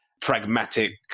pragmatic